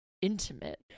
intimate